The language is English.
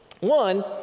One